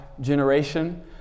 generation